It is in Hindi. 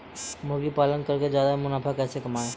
मुर्गी पालन करके ज्यादा मुनाफा कैसे कमाएँ?